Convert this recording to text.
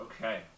okay